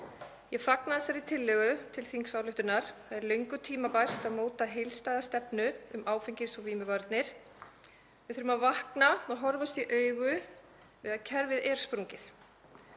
Ég fagna þessari tillögu til þingsályktunar. Það er löngu tímabært að móta heildstæða stefnu um áfengis- og vímuvarnir. Við þurfum að vakna og horfast í augu við að kerfið er sprungið.